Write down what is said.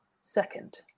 second